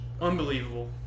unbelievable